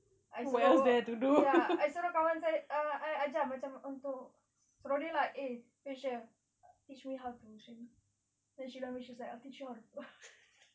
I suruh ya I suruh kawan saya ah ajar macam untuk sorry lah eh vishu teach me how to swim then she tell me I teach you how to float